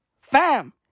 fam